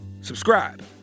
Subscribe